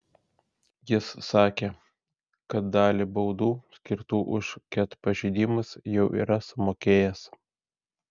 jis sakė kad dalį baudų skirtų už ket pažeidimus jau yra sumokėjęs